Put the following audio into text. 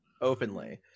openly